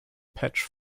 patch